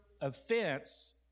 offense